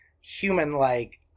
human-like